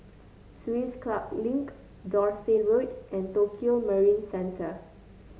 Swiss Club Link Dorset Road and Tokio Marine Center